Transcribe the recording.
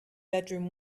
bedroom